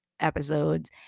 episodes